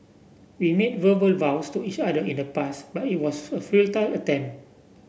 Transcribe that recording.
we made verbal vows to each other in the past but it was a futile attempt